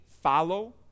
follow